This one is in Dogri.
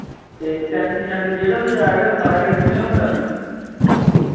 ते टैंट शैंट जेह्ड़ा बी है गै सारा किश तुसैं गै करना